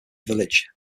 village